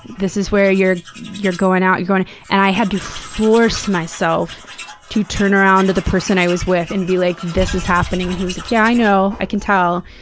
this is where you're you're going out going and i had to force myself to turn around to the person i was with and be like, this is happening. and he was like, yeah, i know. i can tell.